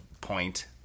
point